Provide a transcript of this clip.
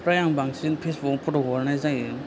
फ्राय आं बांसिन फेसबुकआव फट' हगारनाय जायो